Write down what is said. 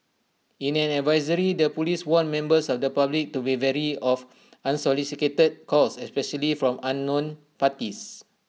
in an advisory their Police warned members of the public to be wary of unsolicited calls especially from unknown parties